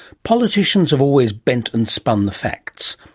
politicians have always bent and spun the facts,